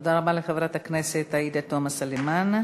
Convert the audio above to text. תודה רבה לחברת הכנסת עאידה תומא סלימאן.